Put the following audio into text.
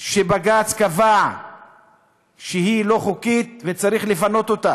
שבג"ץ קבע שהיא לא חוקית וצריך לפנות אותה.